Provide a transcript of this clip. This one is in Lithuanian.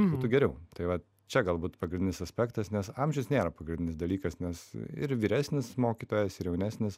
būtų geriau tai va čia galbūt pagrindinis aspektas nes amžius nėra pagrindinis dalykas nes ir vyresnis mokytojas ir jaunesnis